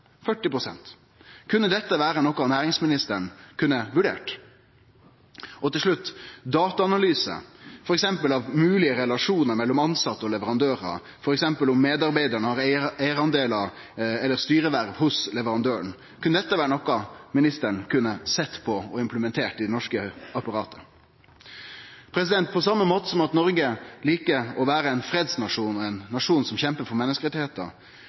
Kunne dette vere noko som næringsministeren kunne ha vurdert? Til slutt: Kunne dataanalyse av f.eks. moglege relasjonar mellom tilsette og leverandørar, f. eks. om medarbeidaren har eigardelar eller styreverv hos leverandøren, vere noko som ministeren òg kunne ha sett på og implementert i det norske apparatet? På same måte som at Noreg likar å vere ein fredsnasjon og ein nasjon som kjempar for